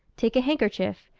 take a handkerchief,